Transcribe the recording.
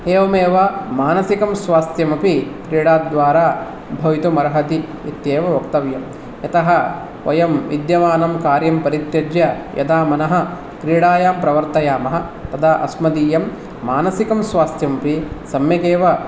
एवेमेव मानसिकं स्वास्थ्यमपि क्रीडा द्वारा भवितुमर्हति इत्येव वक्तव्यं यतः वयं विद्यमानं कार्यं परित्यज्य यदा मनः क्रीडायां प्रवर्तयामः तदा अस्मदीयं मानसिकं स्वास्थ्यमपि सम्यकेव